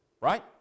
right